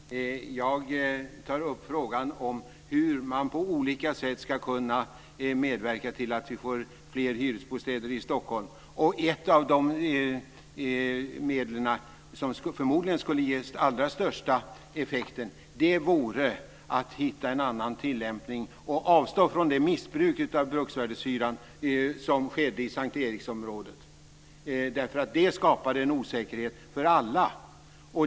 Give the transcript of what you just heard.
Fru talman! Jag tar upp frågan om hur man på olika sätt ska kunna medverka till att vi får fler hyresbostäder i Stockholm. Ett av de medel som förmodligen skulle ge allra största effekten vore att hitta en annan tillämpning och avstå från det missbruk av bruksvärdeshyran som skedde i St:Eriksområdet. Det skapade en osäkerhet för alla.